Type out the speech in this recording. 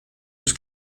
was